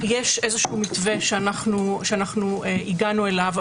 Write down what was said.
יש איזשהו מתווה שאנחנו הגענו אליו,